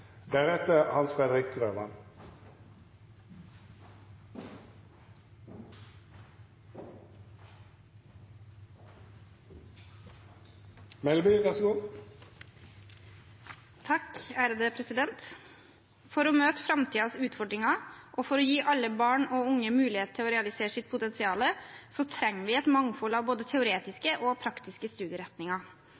for å gi alle barn og unge mulighet til å realisere sitt potensial trenger vi et mangfold av både teoretiske